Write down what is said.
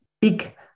big